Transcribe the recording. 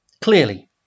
clearly